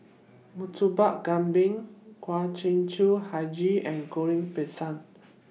Murtabak Kambing Kueh Hijau and Goreng Pisang